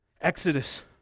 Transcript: Exodus